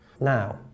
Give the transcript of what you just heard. Now